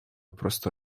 просто